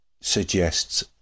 suggests